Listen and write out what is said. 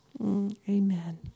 Amen